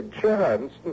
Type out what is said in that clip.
chance